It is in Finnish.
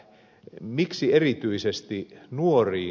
miksi erityisesti nuoriin